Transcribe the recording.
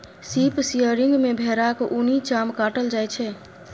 sheep shearing मे भेराक उनी चाम काटल जाइ छै